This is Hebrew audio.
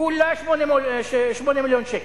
כולה 8 מיליון שקל.